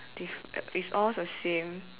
diff~ is all the same